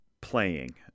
playing